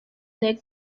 leg